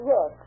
Yes